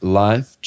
life